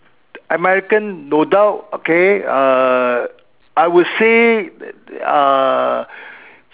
American no doubt okay err I would say that uh